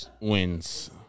wins